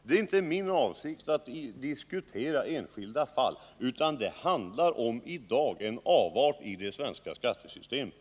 Det är inte min avsikt att diskutera enskilda fall, utan det handlar i dag om en avart i det svenska skattesystemet.